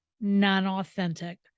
non-authentic